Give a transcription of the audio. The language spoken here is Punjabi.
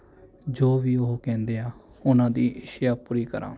ਜੋ ਵੀ ਉਹ ਕਹਿੰਦੇ ਆ ਉਹਨਾਂ ਦੀ ਇੱਛਿਆ ਪੂਰੀ ਕਰਾਂ